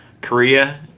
Korea